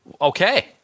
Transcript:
Okay